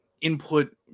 input